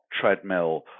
treadmill